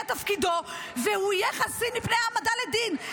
תפקידו והוא יהיה חסין מפני העמדה לדין.